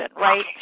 right